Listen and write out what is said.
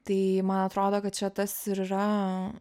tai man atrodo kad čia tas ir yra